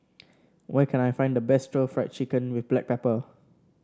where can I find the best stir Fry Chicken with Black Pepper